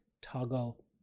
Toggle